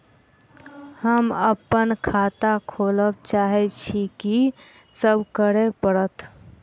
हम अप्पन खाता खोलब चाहै छी की सब करऽ पड़त?